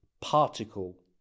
particle